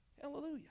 Hallelujah